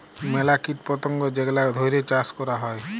ম্যালা কীট পতঙ্গ যেগলা ধ্যইরে চাষ ক্যরা হ্যয়